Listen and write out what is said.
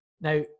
Now